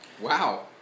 Wow